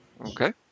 Okay